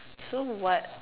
so what